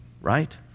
right